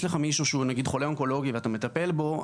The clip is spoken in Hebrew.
לך מישהו שהוא נגיד חולה אונקולוגי ואתה מטפל בו,